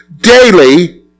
daily